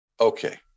okay